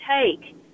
take